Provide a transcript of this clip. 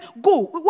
Go